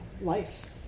life